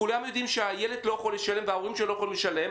כולם יודעים שהילד לא יכול לשלם וההורים שלו לא יכולים לשלם,